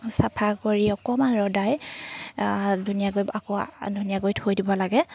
চাফা কৰি অকণমান ৰদাই ধুনীয়াকৈ আকৌ ধুনীয়াকৈ থৈ দিব লাগে